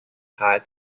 higher